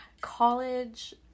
college